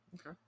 okay